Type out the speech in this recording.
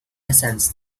essence